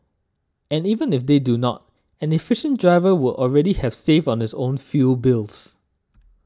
and even if they do not an efficient driver would already have saved on his own fuel bills